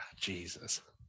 Jesus